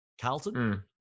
Carlton